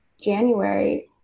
January